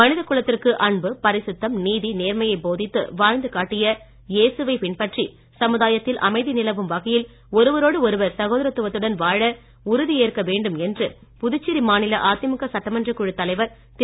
மனித குலத்திற்கு அன்பு பரிசுத்தம் நீதி நேர்மையை போதித்து வாழ்ந்து காட்டிய ஏசுவை பின்பற்றி சமுதாயத்தில் அமைதி நிலவும் வகையில் ஒருவரோடு ஒருவர் சகோதரத்துவத்துடன் வாழ உறுதி ஏற்க வேண்டும் என்று புதுச்சேரி மாநில அதிமுக சட்டமன்ற குழு தலைவர் திரு